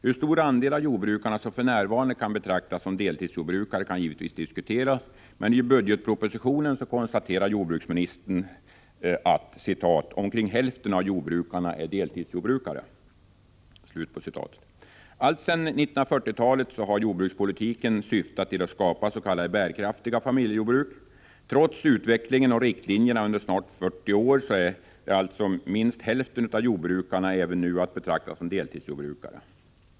Hur stor andel av jordbrukarna som för närvarande kan betraktas som deltidsjordbrukare kan givetvis diskuteras, men i budgetpropositionen konstaterar jordbruksminis tern att ”omkring hälften av jordbrukarna är deltidsjordbrukare”. Alltsedan 1940-talet har jordbrukspolitiken syftat till att skapa s.k. bärkraftiga familjejordbruk. Trots utvecklingen och riktlinjerna under snart 40 år är alltså minst hälften av jordbrukarna även nu att betrakta som deltidsjordbrukare.